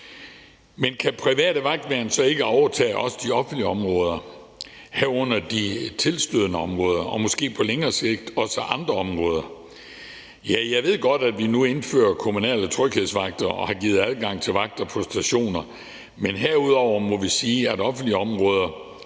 Men kan private vagtværn så ikke overtage også de offentlige områder, herunder de tilstødende områder, og måske på længere sigt også andre områder? Jeg ved godt, at vi nu indfører kommunale tryghedsvagter og har givet adgang til vagter på stationer, men herudover må vi sige, at på offentlige områder,